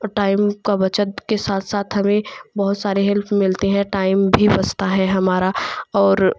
time का बचत के साथ साथ हमें बहुत सारे हेल्प मिलते हैं टाइम भी बचता है हमारा और